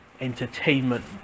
entertainment